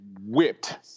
Whipped